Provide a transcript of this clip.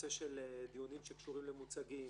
נושא של דיונים שקשורים למוצגים,